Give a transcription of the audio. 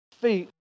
feet